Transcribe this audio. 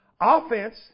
Offense